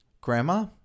Grandma